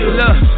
look